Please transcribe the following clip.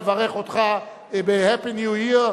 לברך אותך ב-Happy New Year.